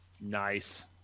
Nice